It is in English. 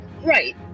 Right